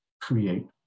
create